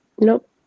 Nope